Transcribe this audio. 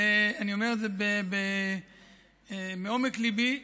ואני אומר את זה מעומק ליבי,